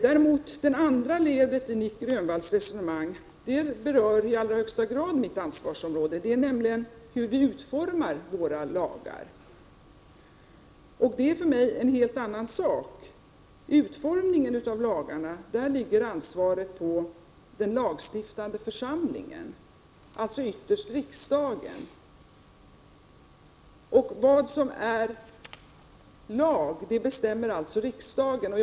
Däremot berör den andra delen av Nic Grönvalls resonemang allra högsta grad mitt ansvarsområde, nämligen hur våra lagar utformas. Det är för mig en helt annan sak. Ansvaret för utformningen av lagarna ligger på den lagstiftande församlingen, dvs. ytterst riksdagen, och det är riksdagen som bestämmer vad som är en lag.